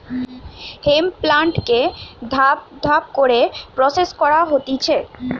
hemp প্লান্টকে ধাপ ধাপ করে প্রসেস করা হতিছে